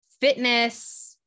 fitness